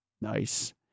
Nice